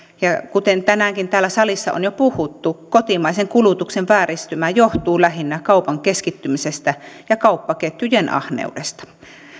kuten tänäänkin täällä salissa on jo puhuttu kotimaisen kulutuksen vääristymä johtuu lähinnä kaupan keskittymisestä ja kauppaketjujen ahneudesta